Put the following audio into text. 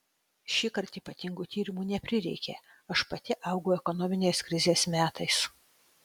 šįkart ypatingų tyrimų neprireikė aš pati augau ekonominės krizės metais